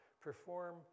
perform